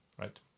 right